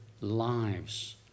lives